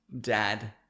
dad